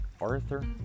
Arthur